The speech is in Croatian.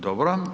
Dobro.